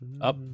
Up